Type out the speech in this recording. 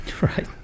Right